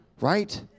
Right